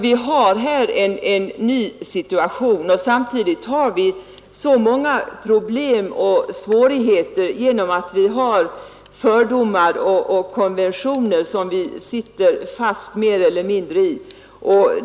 Vi har alltså här en ny situation, och samtidigt har vi så många problem och svårigheter genom att vi mer eller mindre sitter fast i fördomar och konventioner.